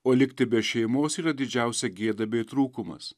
o likti be šeimos yra didžiausia gėda bei trūkumas